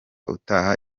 utaha